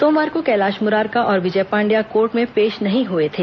सोमवार को कैलाश मुरारका और विजय पांडया कोर्ट में पेश नहीं हुए थे